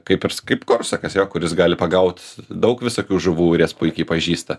kaip irs kaip korsakas jo kuris gali pagaut daug visokių žuvų ir jas puikiai pažįsta